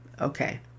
okay